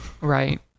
right